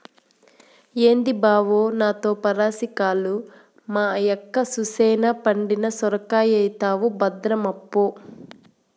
ఏంది బావో నాతో పరాసికాలు, మా యక్క సూసెనా పండిన సొరకాయైతవు భద్రమప్పా